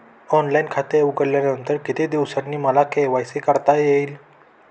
Online खाते उघडल्यानंतर किती दिवसांनी मला के.वाय.सी करता येईल?